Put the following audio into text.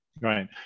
Right